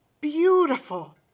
beautiful